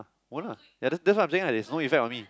won't lah that that's why I'm saying lah there's no effect on me